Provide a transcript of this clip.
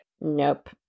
Nope